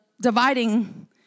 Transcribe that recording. dividing